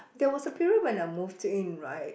there was a period when I moved in right